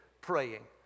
praying